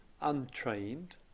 untrained